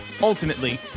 Ultimately